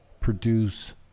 produce